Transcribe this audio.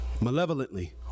malevolently